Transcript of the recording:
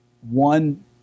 one